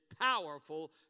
powerful